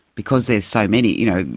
because there's so many, you know,